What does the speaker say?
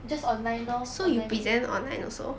just online lor online only